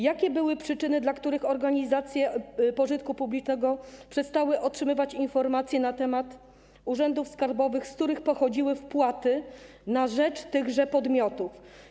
Jakie były przyczyny, dla których organizacje pożytku publicznego przestały otrzymywać informacje na temat urzędów skarbowych, z których pochodziły wpłaty na rzecz tychże podmiotów?